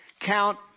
Count